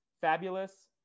Fabulous